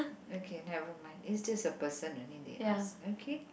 okay never mind it just a person only they ask okay